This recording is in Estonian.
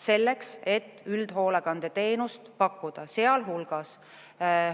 selleks, et üldhoolekande teenust pakkuda, sealhulgas